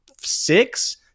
six